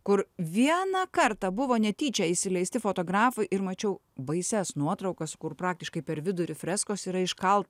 kur vieną kartą buvo netyčia įsileisti fotografai ir mačiau baisias nuotraukas kur praktiškai per vidurį freskos yra iškal